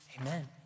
amen